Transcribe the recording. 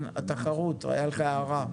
כן, רשות התחרות, הייתה לך הערה.